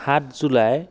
সাত জুলাই